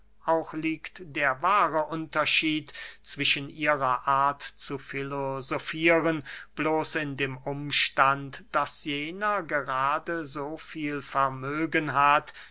auch liegt der wahre unterschied zwischen ihrer art zu filosofieren bloß in dem umstand daß jener gerade so viel vermögen hat